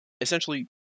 essentially